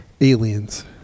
Aliens